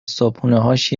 صبحونههاش